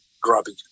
grubby